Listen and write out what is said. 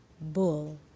bull